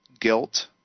guilt